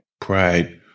Pride